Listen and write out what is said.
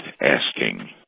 asking